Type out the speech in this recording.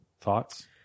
Thoughts